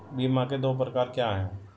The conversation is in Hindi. बीमा के दो प्रकार क्या हैं?